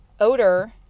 odor